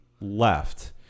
left